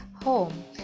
home